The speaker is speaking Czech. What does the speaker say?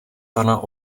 pana